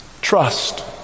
Trust